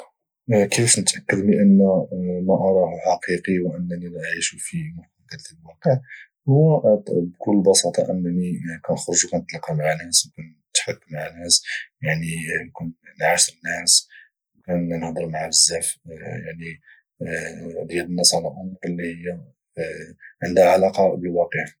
كيفاش نتاكدوا انا راه حقيقي وما كانعيش في محاكاه الواقع هو بكل بساطه هو انني كانخرج وكنتلاقى مع ناس وكنتحاك ما ناس يعني وكانعاشر ناس كانهضر معه بزاف ديال الناس يعني على امور اللي هي عندها علاقه بالواقع